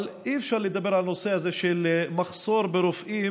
אבל אי-אפשר לדבר על הנושא הזה של מחסור ברופאים